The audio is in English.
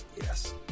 Yes